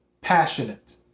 passionate